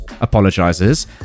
Apologizes